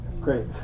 Great